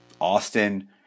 Austin